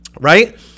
right